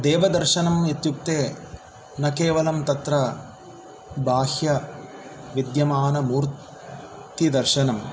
देवदर्शनम् इत्युक्ते न केवलं तत्र बाह्यविद्यमानमूर्तिदर्शनम्